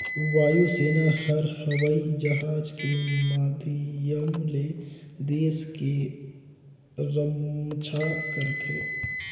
वायु सेना हर हवई जहाज के माधियम ले देस के रम्छा करथे